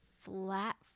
flat